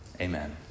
Amen